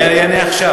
אני אענה עכשיו.